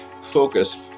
focus